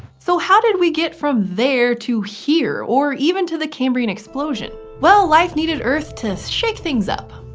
so how did we get from there to here, or even to the cambrian explosion? well, life needed earth to shake things up.